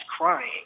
crying